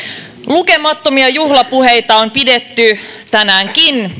lukemattomia juhlapuheita on pidetty tänäänkin